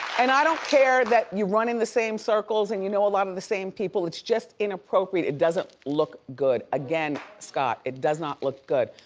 and i don't care that you run in the same circles and you know a lot of the same people. it's just inappropriate. it doesn't look good, again, scott, it does not look good.